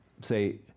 say